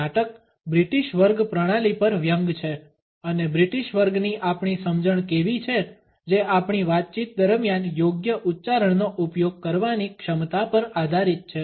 આ નાટક બ્રિટીશ વર્ગ પ્રણાલી પર વ્યંગ છે અને બ્રિટીશ વર્ગની આપણી સમજણ કેવી છે જે આપણી વાતચીત દરમિયાન યોગ્ય ઉચ્ચારણનો ઉપયોગ કરવાની ક્ષમતા પર આધારિત છે